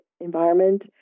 environment